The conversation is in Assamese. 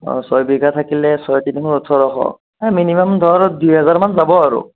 অঁ ছয়বিঘা থাকিলে ছয় তিনি গুণ ওঁঠৰশ এই মিনিমাম ধৰ দুই হাজাৰ মান যাব আৰু